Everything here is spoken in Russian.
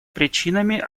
причинами